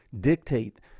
dictate